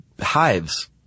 hives